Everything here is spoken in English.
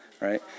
right